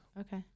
Okay